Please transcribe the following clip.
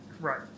right